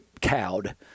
cowed